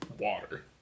water